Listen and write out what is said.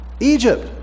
Egypt